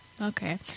okay